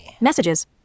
messages